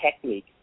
technique